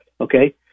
Okay